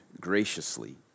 graciously